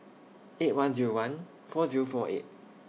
eight one Zero one four Zero four eight